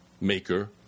maker